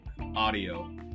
audio